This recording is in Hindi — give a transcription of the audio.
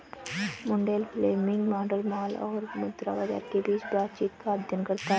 मुंडेल फ्लेमिंग मॉडल माल और मुद्रा बाजार के बीच बातचीत का अध्ययन करता है